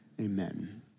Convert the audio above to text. amen